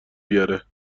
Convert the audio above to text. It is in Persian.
بیاره